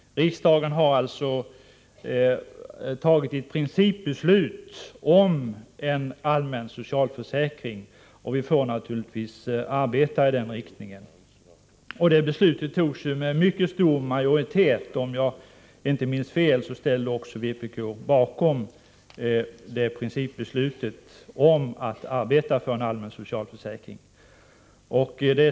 Riksdagen har alltså fattat ett principbeslut om en allmän socialförsäkring. Vi får naturligtvis arbeta i den riktningen. Beslutet fattades med en mycket stor majoritet. Om jag inte minns fel ställde sig också vpk bakom principbeslutet om att arbeta för en allmän socialförsäkring.